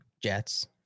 jets